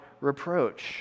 reproach